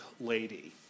Lady